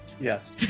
Yes